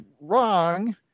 wrong